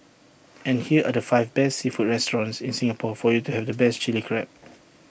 and here are the five best seafood restaurants in Singapore for you to have the best Chilli Crab